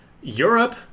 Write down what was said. Europe